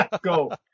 Go